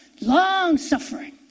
Long-suffering